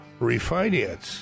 refinance